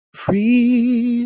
free